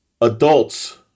adults